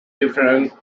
different